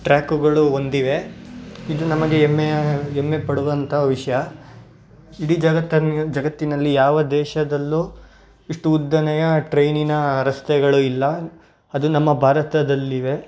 ಟ್ರ್ಯಾಕುಗಳು ಹೊಂದಿವೆ ಇದು ನಮಗೆ ಹೆಮ್ಮೆಯ ಹೆಮ್ಮೆಪಡುವಂಥ ವಿಷಯ ಇಡೀ ಜಗತ್ತನ್ನ ಜಗತ್ತಿನಲ್ಲಿ ಯಾವ ದೇಶದಲ್ಲೂ ಇಷ್ಟು ಉದ್ದನೆಯ ಟ್ರೈನಿನ ರಸ್ತೆಗಳು ಇಲ್ಲ ಅದು ನಮ್ಮ ಭಾರತದಲ್ಲಿವೆ